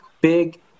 big